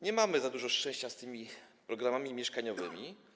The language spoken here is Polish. Nie mamy za dużo szczęścia z tymi programami mieszkaniowymi.